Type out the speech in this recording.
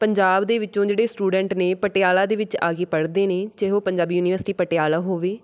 ਪੰਜਾਬ ਦੇ ਵਿੱਚੋਂ ਜਿਹੜੇ ਸਟੂਡੈਂਟ ਨੇ ਪਟਿਆਲਾ ਦੇ ਵਿੱਚ ਆ ਕੇ ਪੜ੍ਹਦੇ ਨੇ ਚਾਹੇ ਉਹ ਪੰਜਾਬੀ ਯੂਨੀਵਰਸਿਟੀ ਪਟਿਆਲਾ ਹੋਵੇ